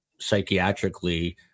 psychiatrically